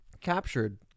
captured